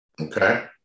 Okay